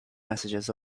messages